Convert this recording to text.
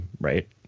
right